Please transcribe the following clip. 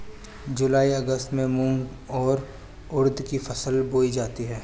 जूलाई अगस्त में मूंग और उर्द की फसल बोई जाती है